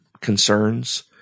concerns